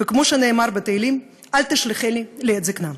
וכמו שנאמר בתהילים: אל תשליכני לעת זיקנה.